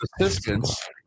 assistance